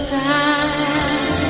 time